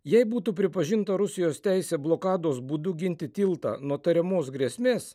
jei būtų pripažinta rusijos teisė blokados būdu ginti tiltą nuo tariamos grėsmės